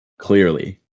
Clearly